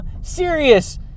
Serious